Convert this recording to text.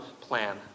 plan